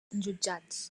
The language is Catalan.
jutjats